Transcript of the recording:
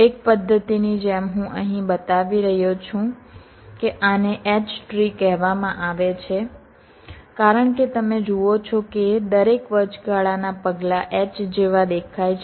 એક પદ્ધતિની જેમ હું અહીં બતાવી રહ્યો છું કે આને H ટ્રી કહેવામાં આવે છે કારણ કે તમે જુઓ છો કે દરેક વચગાળાના પગલાં H જેવા દેખાય છે